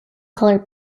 colored